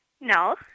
No